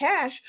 cash